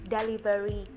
Delivery